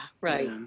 right